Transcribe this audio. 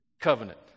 covenant